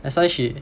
that's why she